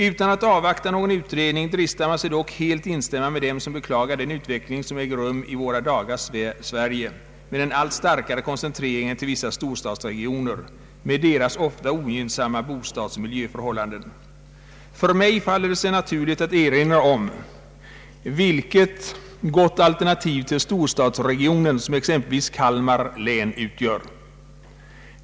Utan att avvakta någon utredning kan man dock helt instämma med dem som beklagar den utveckling som äger rum i våra dagars Sverige med den allt starkare koncentrationen till vissa storstadsregioner med deras ofta ogynnsamma bostadsoch miljöförhållanden. För mig faller det sig naturligt att erinra om vilket gott alternativ till storstadsregionen som exempelvis Kalmar län utgör.